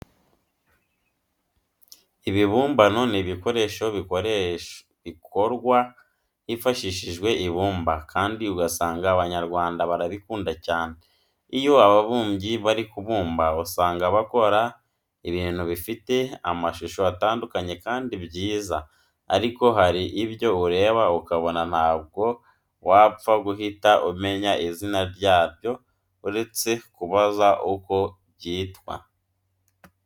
Ibibumbano ni ibikoresho bikorwa hifashishijwe ibumba kandi ugasanga Abanyarwanda barabikunda cyane. Iyo ababumbyi bari kubumba usanga bakora ibintu bifite amashusho atandukanye kandi byiza ariko hari ibyo ureba ukabona ntabwo wapfa guhita umenya izina ryabyo uretse kubaza uko byitwa.